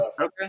Okay